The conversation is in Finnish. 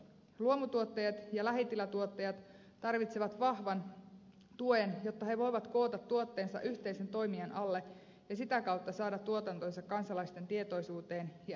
luomutuottajat ja lähitilatuottajat tarvitsevat vahvan tuen jotta he voivat koota tuotteensa yhteisen toimijan alle ja sitä kautta saada tuotantonsa kansalaisten tietoisuuteen ja edelleenmyyntiin